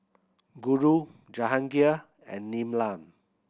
Guru Jahangir and Neelam